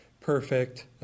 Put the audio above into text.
perfect